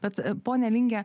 bet pone linge